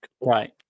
Right